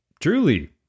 Truly